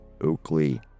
Oakley